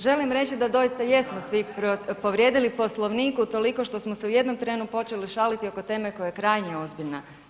Želim reći da doista jesmo svi povrijedili Poslovnik utoliko što smo se u jednom trenu počeli šaliti oko teme koja je krajnje ozbiljna.